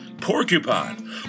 porcupine